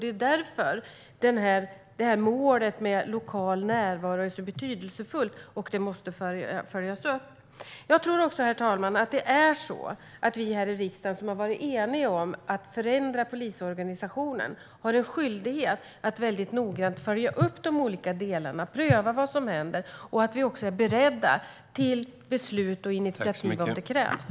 Det är därför målet med lokal närvaro är så betydelsefullt och måste följas upp. Jag tror också, herr talman, att vi här i riksdagen som har varit eniga om att förändra polisorganisationen har en skyldighet att noggrant följa upp de olika delarna, pröva vad som händer och vara beredda till beslut och initiativ om det krävs.